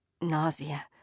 Nausea